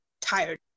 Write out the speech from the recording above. tired